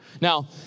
Now